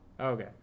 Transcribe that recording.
Okay